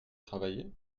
travailler